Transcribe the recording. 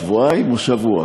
שבועיים או שבוע?